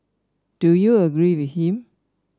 do you agree with him